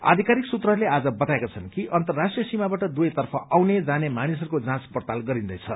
आधिकारिक सूत्रहरूले आज बताएका छन् कि अन्तर्राष्ट्रीय सीमाबाट दुवैतर्फ आउने जाने मानिसहरूको जाँच पड़ताल गरिस्दैछ